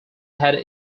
had